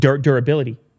durability